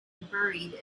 buried